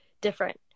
different